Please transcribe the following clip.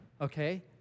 okay